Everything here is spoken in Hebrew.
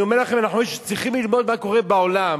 אני אומר לכם, אנחנו צריכים ללמוד מה קורה בעולם,